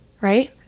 right